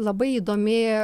labai įdomi